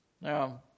Now